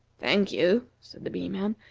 thank you, said the bee-man,